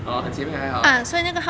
orh 很前面才好 [what]